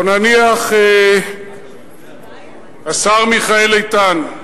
או נניח השר מיכאל איתן,